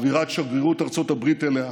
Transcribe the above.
העברת שגרירות ארצות הברית אליה,